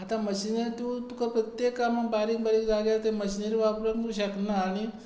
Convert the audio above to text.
आतां मशिनां तूं तुका प्रत्येक कामांक बारीक बारीक जाग्यार ते मशिनरी वापरूंक तूं शकना आनी